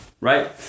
right